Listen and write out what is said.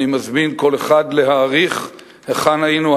אני מזמין כל אחד להעריך היכן היינו